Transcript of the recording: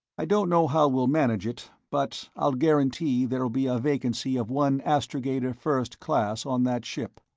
i don't know how we'll manage it, but i'll guarantee there'll be a vacancy of one astrogator, first class, on that ship.